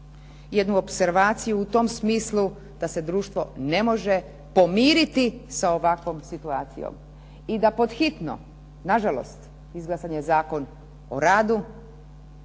jednu opservaciju u tom smislu da se društvo ne može pomiriti sa ovakvom situacijom i da pod hitno, nažalost izglasan je Zakon o radu